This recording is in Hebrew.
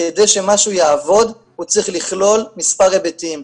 כדי שמשהו יעבוד הוא צריך לכלול מספר היבטים,